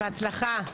בהצלחה.